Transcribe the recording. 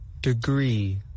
degree